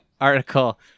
article